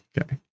Okay